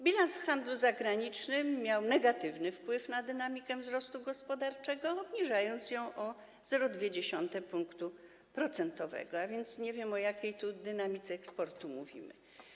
Bilans w handlu zagranicznym miał negatywny wpływ na dynamikę wzrostu gospodarczego, obniżając ją o 0,2 punktu procentowego, a więc nie wiem, o jakiej dynamice eksportu tu mówimy.